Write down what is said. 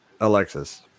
alexis